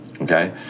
Okay